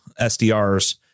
SDRs